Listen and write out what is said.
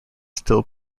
still